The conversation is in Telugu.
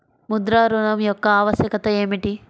ముద్ర ఋణం యొక్క ఆవశ్యకత ఏమిటీ?